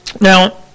Now